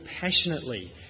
passionately